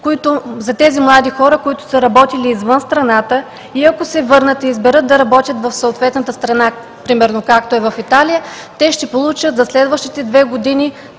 за тези млади хора, които са работили извън страната. И ако се върнат и изберат да работят в съответната страна, примерно както е в Италия, те ще получат за следващите две години